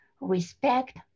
respect